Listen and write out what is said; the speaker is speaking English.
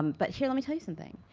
but here, let me tell you something.